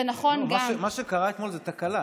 מה שקרה אתמול הוא תקלה.